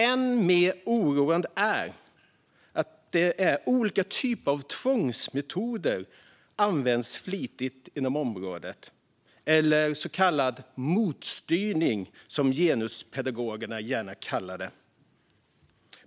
Än mer oroande är att olika typer av tvångsmetoder används flitigt inom området - eller så kallad motstyrning, som genuspedagogerna gärna kallar det.